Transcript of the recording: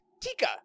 Tika